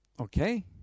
Okay